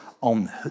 on